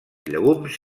llegums